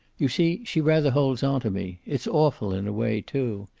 you see, she rather holds onto me. it's awful in a way, too.